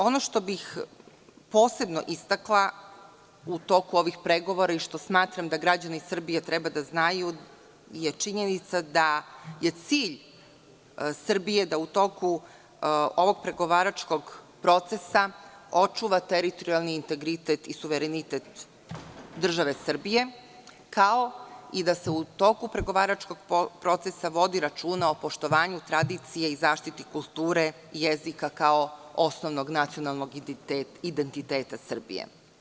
Ono što bih posebno istakla u toku ovih pregovora i što smatram da građani Srbije treba da znaju je činjenica da je cilj Srbije da u toku ovog pregovaračkog procesa očuva teritorijalni integritet i suverenitet države Srbije, kao i da u toku pregovaračkog procesa vodi računa o poštovanju tradicije i zaštiti kulture jezika, kao osnovnog nacionalnog identiteta Srbije.